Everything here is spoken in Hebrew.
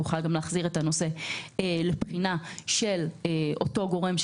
הוא יוכל להחזיר את הנושא לבחינה של אותו גורם,